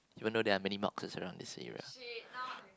even though they are really not considered on this areas